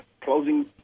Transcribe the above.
closing